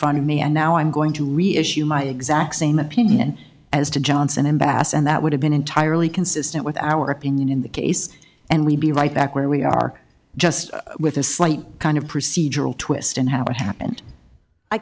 front of me and now i'm going to reissue my exact same opinion as to johnson ambassador that would have been entirely consistent with our opinion in the case and we'd be right back where we are just with a slight kind of procedural twist in how it happened i